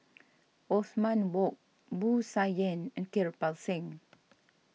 Othman Wok Wu Tsai Yen and Kirpal Singh